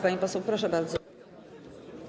Pani poseł, proszę bardzo.